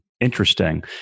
interesting